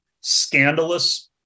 scandalous